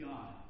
God